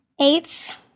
Eight